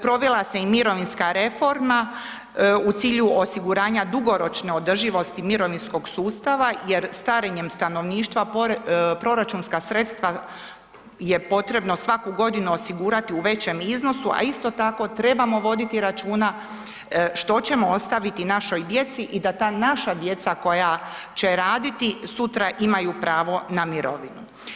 Provela se i mirovinska reforma u cilju osiguranja dugoročne održivosti mirovinskog sustava jer starenjem stanovništva proračunska sredstva je potrebno svaku godinu osigurati u većem iznosu, a isto tako trebamo voditi računa što ćemo ostaviti našoj djeci i da ta naša djeca koja će raditi, sutra imaju pravo na mirovinu.